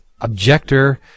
objector